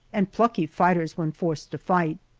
and plucky fighters when forced to fight.